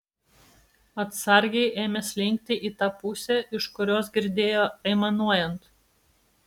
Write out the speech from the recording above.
atsargiai ėmė slinkti į tą pusę iš kurios girdėjo aimanuojant